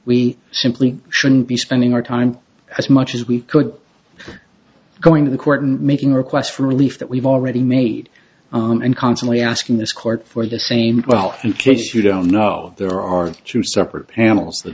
we simply shouldn't be spending our time as much as we could going to the court and making requests for relief that we've already made and constantly asking this court for the same wealth in case you don't know there are two separate panels t